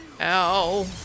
ow